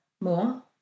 more